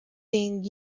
being